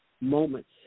moments